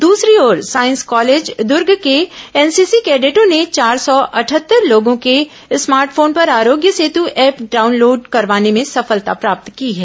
दसरी ओर science college Durg के एनसीसी कैडेटों ने चार सौ अटहत्तर लोगों के स्मार्ट फोन पर आरोग्य सेतु ऐप डाउनलोड करवाने में सफलता प्राप्त की है